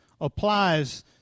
applies